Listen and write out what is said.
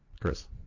Chris